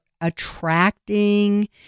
attracting